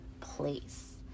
place